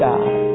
God